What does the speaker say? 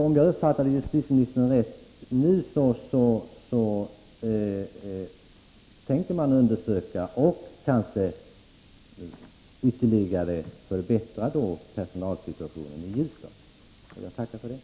Om jag uppfattade justitieministern rätt tänker man undersöka och kanske förbättra personalsituationen i Ljusdal. Jag tackar för det.